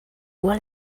what